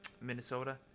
minnesota